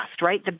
right